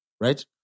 Right